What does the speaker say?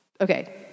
Okay